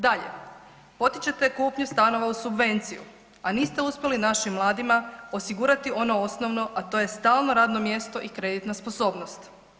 Dalje, potičete kupnju stanova uz subvenciju, a niste uspjeli našim mladima osigurati ono osnovno, a to je stalno radno mjesto i kreditna sposobnost.